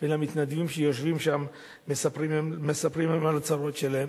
ולמתנדבים שיושבים שם ומספרים על הצרות שלהם.